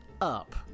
up